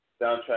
soundtrack